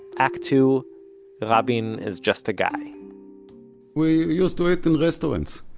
act two rabin is just a guy we used to eat in restaurants.